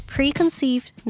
Preconceived